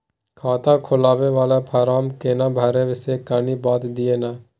खाता खोलैबय वाला फारम केना भरबै से कनी बात दिय न?